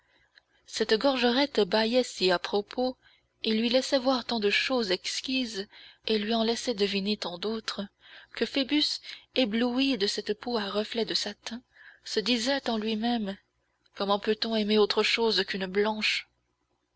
cette gorgerette bâillait si à propos et lui laissait voir tant de choses exquises et lui en laissait deviner tant d'autres que phoebus ébloui de cette peau à reflet de satin se disait en lui-même comment peut-on aimer autre chose qu'une blanche